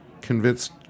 convinced